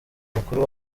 mukuru